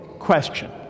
question